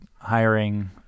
hiring